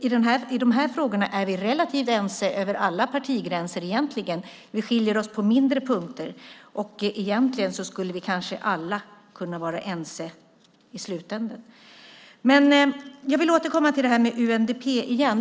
I de här frågorna är vi relativt ense över alla partigränser egentligen. Vi skiljer oss åt på mindre punkter. Egentligen skulle vi kanske alla kunna vara ense i slutänden. Jag vill återkomma till detta med UNDP igen.